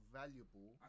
valuable